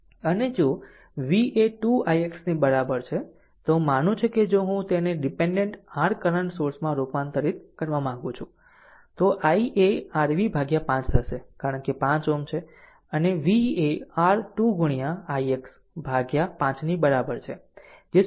અને જો v એ 2 ix ની બરાબર છે તો હું માનું છું કે જો હું તેને ડીપેન્ડેન્ટ r કરંટ સોર્સમાં રૂપાંતરિત કરવા માગું છું તો i એ r v ભાગ્યા 5 થશે કારણ કે 5 Ω છે અને v એ r 2 ગુણ્યા ix ભાગ્યા 5 ની બરાબર છે જે 0